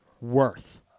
worth